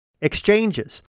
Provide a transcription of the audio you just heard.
exchanges